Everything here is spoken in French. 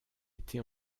été